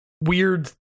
weird